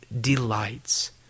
delights